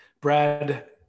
Brad